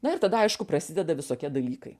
na ir tada aišku prasideda visokie dalykai